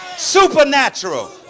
supernatural